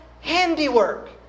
handiwork